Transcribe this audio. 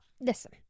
listen